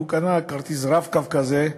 הוא קנה כרטיס "רב-קו" כזה,